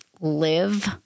live